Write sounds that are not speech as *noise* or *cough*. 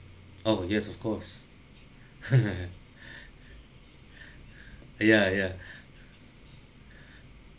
oh yes of course *laughs* *breath* ya ya *breath*